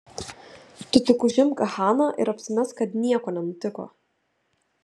tu tik užimk haną ir apsimesk kad nieko nenutiko